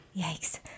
Yikes